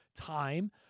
time